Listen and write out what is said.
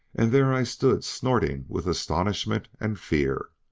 and there i stood snorting with astonishment and fear.